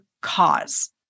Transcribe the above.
cause